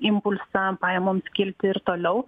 impulsą pajamoms kilti ir toliau